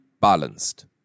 balanced